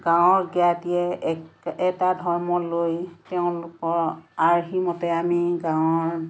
গাঁৱৰ জ্ঞাতিয়ে এক এটা ধৰ্ম লৈ তেওঁলোকৰ আৰ্হিৰ মতে আমি গাঁঁৱৰ